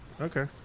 Okay